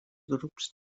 grups